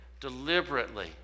deliberately